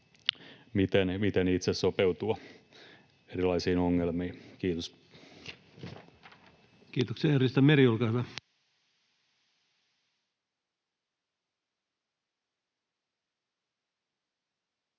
miten itse sopeutua erilaisiin ongelmiin. — Kiitos. Kiitoksia. — Edustaja Meri, olkaa hyvä.